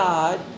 God